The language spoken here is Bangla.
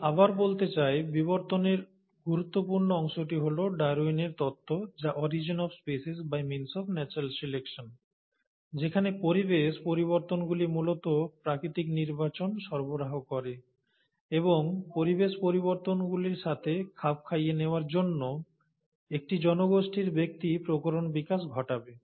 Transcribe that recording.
আমি আবার বলতে চাই বিবর্তনের গুরুত্বপূর্ণ অংশটি ছিল ডারউইনের তত্ত্ব যা 'Origin of Species by means of Natural Selection' যেখানে পরিবেশ পরিবর্তনগুলি মূলত প্রাকৃতিক নির্বাচন সরবরাহ করে এবং পরিবেশ পরিবর্তনগুলির সাথে খাপ খাইয়ে নেওয়ার জন্য একটি জনসংখ্যার ব্যক্তি প্রকরণ বিকাশ করবে